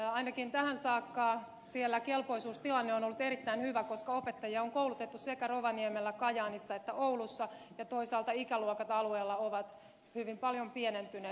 ainakin tähän saakka siellä kelpoisuustilanne on ollut erittäin hyvä koska opettajia on koulutettu sekä rovaniemellä kajaanissa että oulussa ja toisaalta ikäluokat alueella ovat hyvin paljon pienentyneet